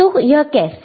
तो यह कैसे